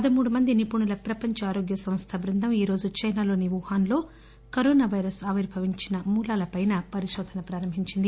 పదమూడు మంది నిపుణుల ప్రపంచ ఆరోగ్య సంస్థ బృందం ఈరోజు చైనాలోని వ్యూహాన్లో కరోనా వైరస్ ఆవిర్బవించిన మూలాలపైన పరిశోధనను ప్రారంభించింది